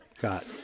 got